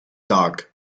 dark